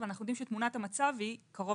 אבל אנחנו יודעים שתמונת המצב היא קרוב